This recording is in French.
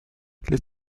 les